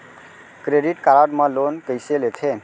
Credit card मा loan कइसे लेथे?